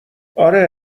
اره